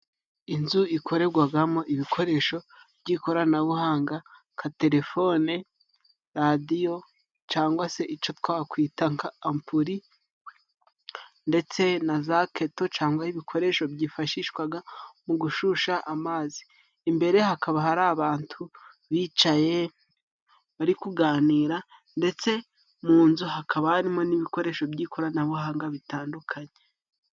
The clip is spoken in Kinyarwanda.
Inzu ikorerwagamo ibikoresho by'ikoranabuhanga nka telefone, radiyo cangwa se ico twakwita nka ampuli, ndetse na za keto cangwa ibikoresho byifashishwaga mu gushusha amazi. Imbere hakaba hari abantu bicaye bari kuganira, ndetse mu nzu hakaba harimo n'ibikoresho by'ikoranabuhanga bitandukanye.